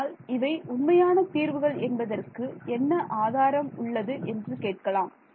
ஆனால் இவை உண்மையான தீர்வுகள் என்பதற்கு என்ன ஆதாரம் உள்ளது என்று கேட்கலாம்